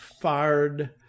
fired